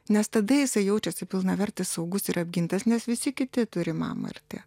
nes tada jisai jaučiasi pilnavertis saugus ir apgintas nes visi kiti turi mamą ir tė